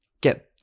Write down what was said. get